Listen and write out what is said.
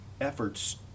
efforts